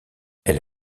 elle